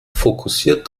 fokussiert